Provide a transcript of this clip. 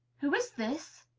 who is this?